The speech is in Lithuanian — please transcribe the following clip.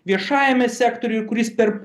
viešajame sektoriuj kuris per